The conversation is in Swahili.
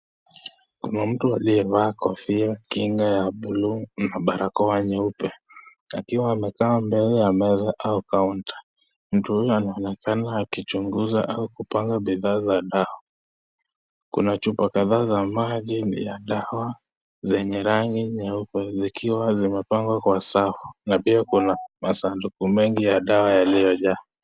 Kuna mtu aliyevaa kofia kinga ya buluu na barakoa nyeupe akiwa amekaa mbele ya meza au kaunta. Mtu huyo anaonekana akichunguza au kupanga bidhaa za dawa. Kuna chupa kadhaa za maji ya dawa zenye rangi nyeupe zikiwa zimepangwa kwa safu na pia kuna masanduku mengi ya dawa yaliyojaa.